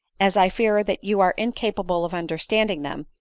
as i fear that you are incapable of under standing them,